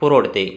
पुरोडते